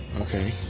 Okay